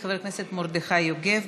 חבר הכנסת מרדכי יוגב,